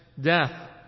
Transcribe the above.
death